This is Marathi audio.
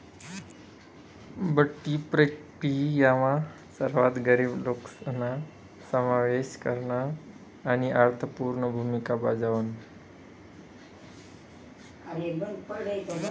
बठ्ठी प्रक्रीयामा सर्वात गरीब लोकेसना समावेश करन आणि अर्थपूर्ण भूमिका बजावण